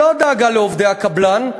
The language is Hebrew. לא דאגה לעובדי הקבלן,